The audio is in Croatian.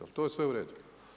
Ali to je sve u redu.